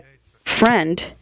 friend